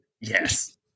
yes